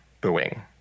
booing